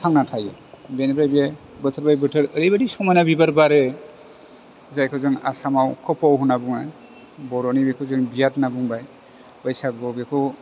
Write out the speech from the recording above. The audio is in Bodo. थांनानै थायो बेनिफ्राय बियो बोथोर बाय बोथार ओरैबायदि समायना बिबार बारो जायखौ जों आसामाव खफौ होननानै बुङो बर'नि बिखौ जों बियाद होननानै बुंबाय बैसागुआव बेखौ